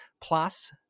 Plus